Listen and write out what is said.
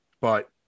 But-